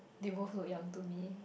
there won't foot young to me